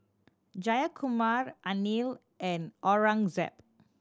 Jayakumar Anil and Aurangzeb